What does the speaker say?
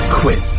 quit